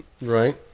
right